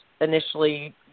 initially